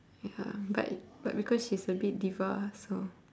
ya but but because she's a bit diva so